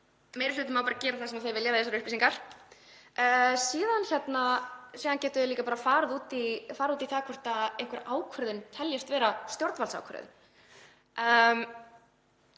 Meiri hlutinn má bara gera það sem hann vill við þessar upplýsingar. Síðan getum við líka farið út í það hvort einhver ákvörðun teljist vera stjórnvaldsákvörðun.